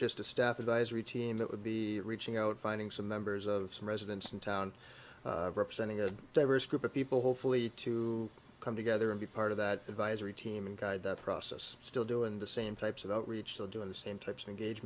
just a staff advisory team that would be reaching out finding some members of some residents in town representing a diverse group of people hopefully to come together and be part of that advisory team and guide that process still doing the same types of outreach they'll do in the same types and gauge